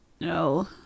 No